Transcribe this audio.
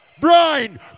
Brian